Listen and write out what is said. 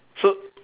so